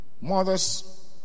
mothers